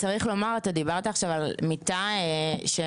צריך לומר, אתה דיברת עכשיו על מיטה שמתחלפת.